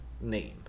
name